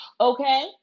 okay